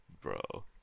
bro